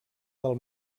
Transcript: del